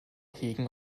hegen